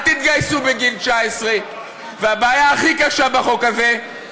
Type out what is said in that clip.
אל תתגייסו בגיל 19. והבעיה הכי קשה בחוק הזה,